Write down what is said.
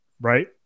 right